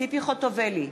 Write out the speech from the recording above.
ציפי חוטובלי,